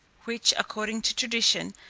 which, according to tradition,